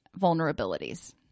vulnerabilities